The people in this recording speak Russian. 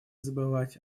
забывать